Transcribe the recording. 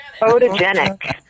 Photogenic